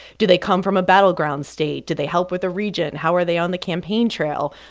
do they come from a battleground state? do they help with the region? how are they on the campaign trail?